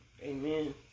Amen